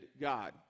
God